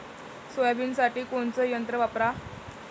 सोयाबीनसाठी कोनचं यंत्र वापरा?